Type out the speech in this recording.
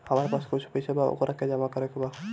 हमरा पास कुछ पईसा बा वोकरा के जमा करे के बा?